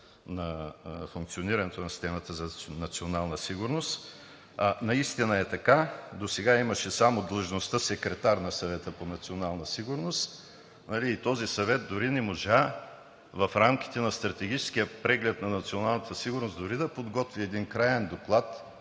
на функционирането на системата за национална сигурност. Наистина е така. Досега имаше само длъжността „секретар“ на Съвета по национална сигурност. Този съвет дори не можа в рамките на стратегическия преглед на националната сигурност да подготви един краен доклад